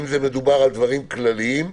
אם מדובר על דברים כלליים,